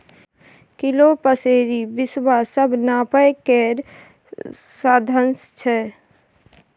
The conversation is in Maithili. किलो, पसेरी, बिसवा सब नापय केर साधंश छै